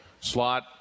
slot